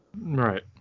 Right